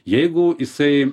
jeigu jisai